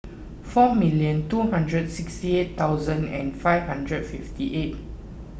four million two hundred sixty eight thousand and five hundred fifty eight